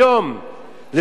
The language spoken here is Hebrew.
לוועדת שרים